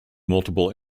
multiple